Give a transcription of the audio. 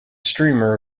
streamer